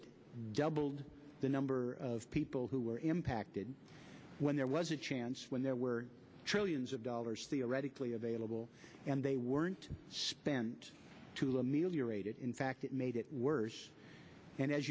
t doubled the number of people who were impacted when there was a chance when there were trillions of dollars theoretically available and they weren't spent to ameliorate it in fact it made it worse and as